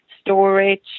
storage